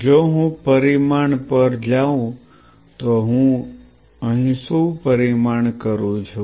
જો હું પરિમાણ પર જાઉં તો હું અહીં શું પરિમાણ કરું છું